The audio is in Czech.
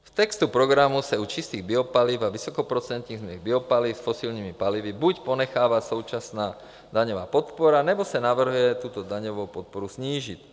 V textu programu se u čistých biopaliv a u vysokoprocentních směsí biopaliv s fosilními palivy buď ponechává současná daňová podpora, nebo se navrhuje tuto daňovou podporu snížit.